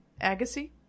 Agassi